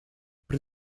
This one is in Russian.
при